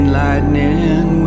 lightning